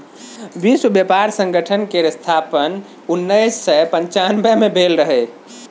विश्व बेपार संगठन केर स्थापन उन्नैस सय पनचानबे मे भेल रहय